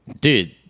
dude